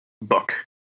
book